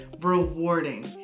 rewarding